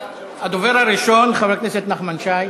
הדובר הראשון, חבר הכנסת נחמן שי,